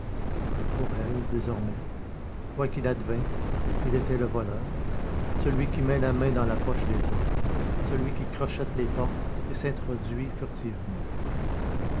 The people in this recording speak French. pour elle désormais quoi qu'il advînt il était le voleur celui qui met la main dans la poche des autres celui qui crochète les portes et s'introduit furtivement